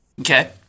Okay